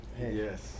Yes